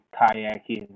kayaking